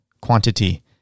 quantity